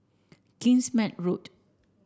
Kingsmead Road